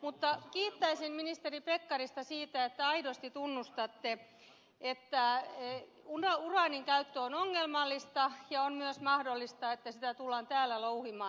mutta kiittäisin ministeri pekkarista siitä että aidosti tunnustatte että uraanin käyttö on ongelmallista ja on myös mahdollista että sitä tullaan täällä louhimaan